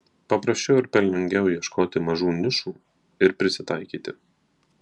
paprasčiau ir pelningiau ieškoti mažų nišų ir prisitaikyti